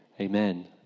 amen